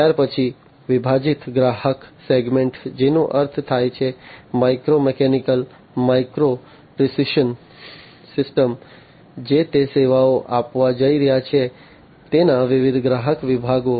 ત્યારપછી વિભાજિત ગ્રાહક સેગમેન્ટ જેનો અર્થ થાય છે micro mechanical micro precision systems જે તે સેવા આપવા જઇ રહી છે તેના વિવિધ ગ્રાહક વિભાગો